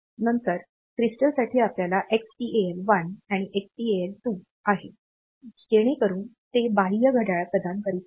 नंतर क्रिस्टल्ससाठी आपल्याकडे Xtal 1 आणि Xtal 2 आहे जेणेकरून ते बाह्य घड्याळ प्रदान करीत आहेत